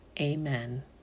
Amen